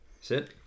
Sit